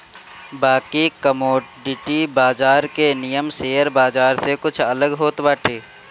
बाकी कमोडिटी बाजार के नियम शेयर बाजार से कुछ अलग होत बाटे